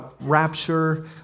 rapture